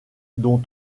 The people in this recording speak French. dont